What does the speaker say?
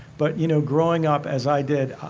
but, you know, growing up as i did